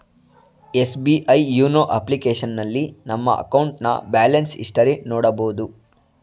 SBI YONO ಅಪ್ಲಿಕೇಶನ್ನಲ್ಲಿ ನಮ್ಮ ಅಕೌಂಟ್ನ ಬ್ಯಾಲೆನ್ಸ್ ಹಿಸ್ಟರಿ ನೋಡಬೋದು